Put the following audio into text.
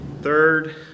Third